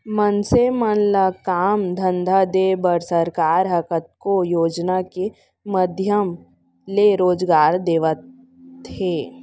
मनसे मन ल काम धंधा देय बर सरकार ह कतको योजना के माधियम ले रोजगार देवत हे